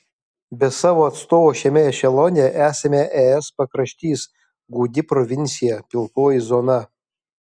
be savo atstovo šiame ešelone esame es pakraštys gūdi provincija pilkoji zona